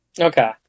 Okay